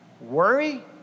Worry